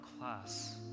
class